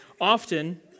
Often